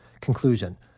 Conclusion